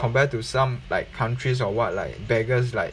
compared to some like countries or what like beggars like